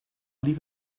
leave